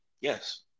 yes